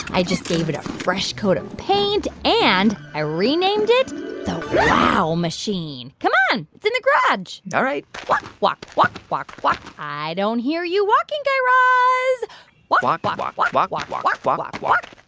i just gave it a fresh coat of paint. and i renamed it the wow machine. come on. it's in the garage all right walk, walk, walk, walk. i don't hear you walking, guy raz walk, walk, walk, walk, walk, walk walk, walk, walk, walk, walk, walk,